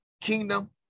kingdom